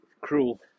cruel